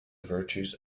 virtues